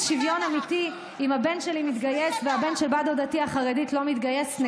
שוויון אמיתי אם הבן שלי מתגייס והבן של בת דודתי החרדית לא מתגייס.